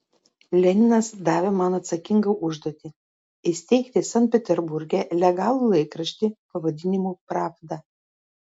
leninas davė man atsakingą užduotį įsteigti sankt peterburge legalų laikraštį pavadinimu pravda